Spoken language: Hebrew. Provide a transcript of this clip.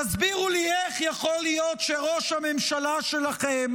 תסבירו לי איך יכול להיות שראש הממשלה שלכם